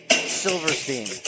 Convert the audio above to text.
Silverstein